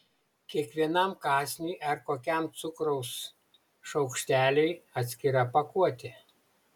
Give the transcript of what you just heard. kiekvienam kąsniui ar kokiam cukraus šaukšteliui atskira pakuotė